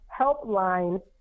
Helpline